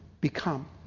become